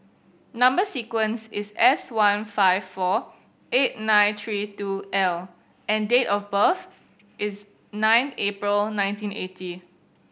number sequence is S one five four eight nine three two L and date of birth is nine April nineteen eighty